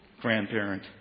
grandparent